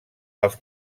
els